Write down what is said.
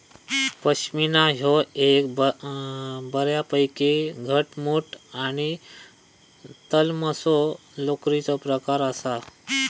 पश्मीना ह्यो एक बऱ्यापैकी घटमुट आणि तलमसो लोकरीचो प्रकार आसा